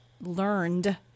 learned